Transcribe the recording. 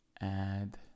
add